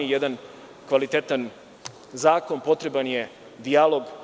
Za jedan kvalitetan zakon potreban je dijalog.